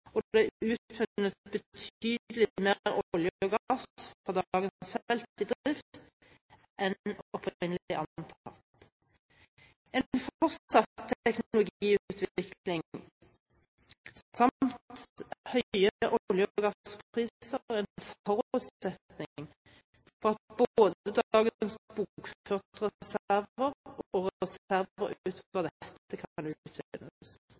og det er utvunnet betydelig mer olje og gass fra dagens felt i drift enn opprinnelig antatt. En fortsatt teknologiutvikling samt høye olje- og gasspriser er en forutsetning for at både